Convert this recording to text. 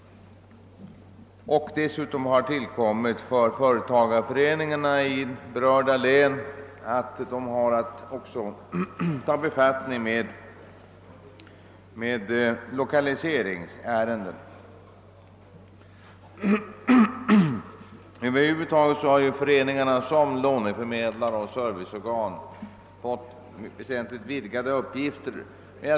Dessutom har för företagarföreningarna i berörda län tillkommit att de också har att ta befattning med lokaliseringsärenden. Över huvud taget har föreningarna som låneförmedlare och serviceorgan fått väsentligt vidgade uppgifter.